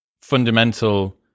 fundamental